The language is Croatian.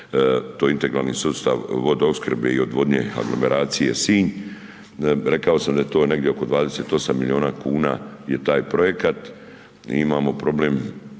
to je integralni sustav vodoopskrbe i odvodnje, aglomeracije Sinj. Rekao sam da je to negdje oko 28 milijuna kuna je taj projekat. Mi imamo problem